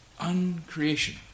Uncreation